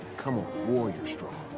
come on warrior strong.